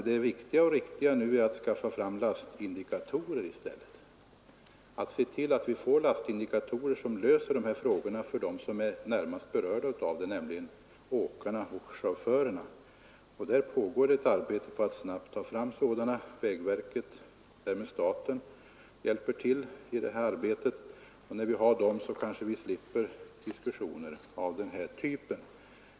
Det viktiga och riktiga nu är att se till att vi får lastindikatorer som löser de här problemen för dem som är närmast berörda, nämligen åkarna och chaufförerna. Det pågår arbete med att snabbt ta fram sådana indikatorer — vägverket, och därmed staten, hjälper till med detta arbete — och när vi har dem, kanske vi slipper diskussioner av den här typen.